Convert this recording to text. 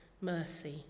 mercy